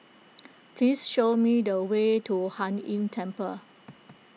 please show me the way to Hai Inn Temple